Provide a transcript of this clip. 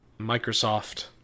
Microsoft